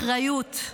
אחריות.